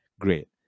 Great